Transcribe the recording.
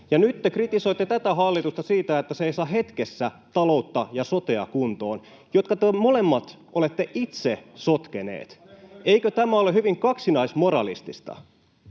Nyt te kritisoitte tätä hallitusta siitä, että se ei saa hetkessä kuntoon taloutta ja sotea, jotka te molemmat olette itse sotkeneet. Eikö tämä ole hyvin kaksinaismoralistista?